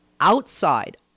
outside